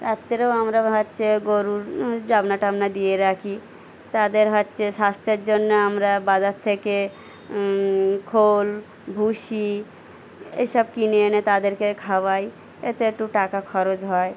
রাত্রেও আমরা হচ্ছে গরুর জাবনা টাবনা দিয়ে রাখি তাদের হচ্ছে স্বাস্থ্যের জন্য আমরা বাজার থেকে খোল ভুষি এসব কিনে এনে তাদেরকে খাওয়াই এতে একটু টাকা খরচ হয়